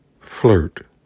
flirt